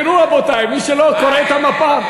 תראו, רבותי, מי שלא קורא את המפה,